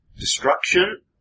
Destruction